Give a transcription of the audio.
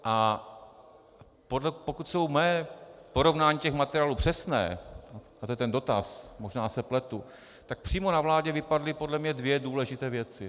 A pokud jsou moje porovnání těch materiálů přesná, a to je ten dotaz, možná se pletu, tak přímo na vládě vypadly podle mě dvě důležité věci.